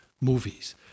Movies